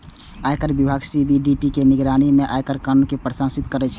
आयकर विभाग सी.बी.डी.टी के निगरानी मे आयकर कानून कें प्रशासित करै छै